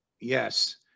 Yes